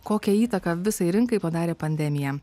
kokią įtaką visai rinkai padarė pandemija